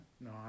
No